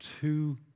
two